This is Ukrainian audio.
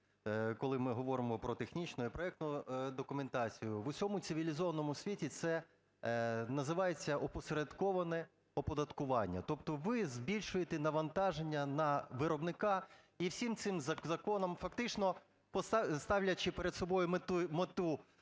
коли ми говоримо про технічну і проектну документацію, в усьому цивілізованому світі це називається опосередковане оподаткування. Тобто ви збільшуєте навантаження на виробника. І всім цим законом фактично ставлячи перед собою мету